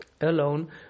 alone